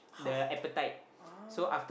how ah